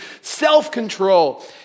self-control